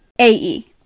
ae